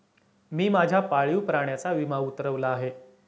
मी माझ्या पाळीव प्राण्याचा विमा उतरवला आहे